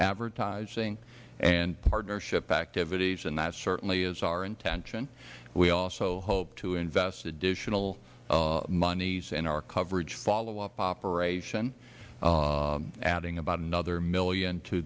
advertising and partnership activities and that certainly is our intention we also hope to invest additional moneys in our coverage followup operation adding about another million to